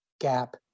gap